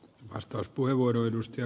arvoisa puhemies